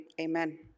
amen